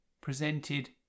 presented